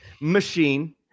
machine